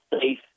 safe